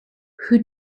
who